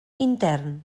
intern